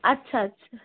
আচ্ছা আচ্ছা